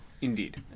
Indeed